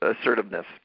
assertiveness